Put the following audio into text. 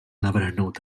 navrhnout